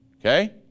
okay